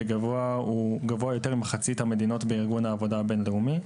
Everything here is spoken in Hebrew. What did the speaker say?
גבוה יותר ממחצית המדינות בארגון העבודה הבין-לאומי,